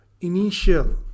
initial